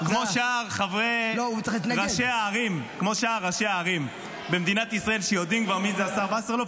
כמו שראשי הערים במדינת ישראל יודעים כבר מי זה השר וסרלאוף,